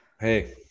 Hey